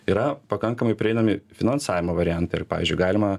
yra pakankamai prieinami finansavimo variantai ir pavyzdžiui galima